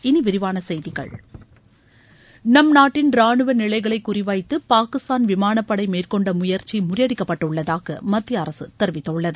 இனி விரிவான செய்திகள் நம் நாட்டின் ராணுவ நிலைகளை குறிவைத்து பாகிஸ்தான் விமானப் படை மேற்கொண்ட முயற்சி முறியடிக்கப்பட்டுள்ளதாக மத்திய அரசு தெரிவித்துள்ளது